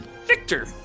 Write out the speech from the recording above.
Victor